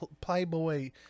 Playboy